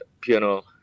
piano